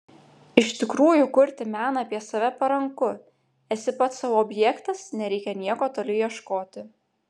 iš tikrųjų kurti meną apie save paranku esi pats sau objektas nereikia nieko toli ieškoti